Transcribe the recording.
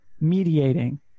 mediating